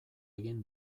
egin